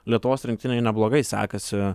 lietuvos rinktinei neblogai sekasi